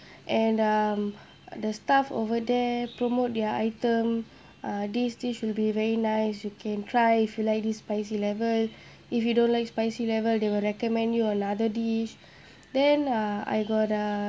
and um the staff over there promote their item uh this dish will be very nice you can try if you like this spicy level if you don't like spicy level they will recommend you another dish then uh I got uh